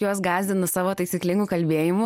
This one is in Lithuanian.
juos gąsdinu savo taisyklingu kalbėjimu